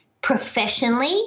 Professionally